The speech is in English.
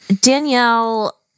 Danielle